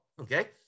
Okay